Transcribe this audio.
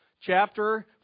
chapter